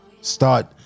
Start